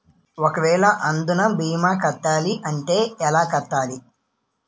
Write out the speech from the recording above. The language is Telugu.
ఒక వేల అందునా భీమా కట్టాలి అంటే ఎలా కట్టాలి?